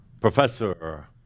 Professor